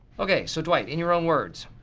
okay, so dwight, in your own words,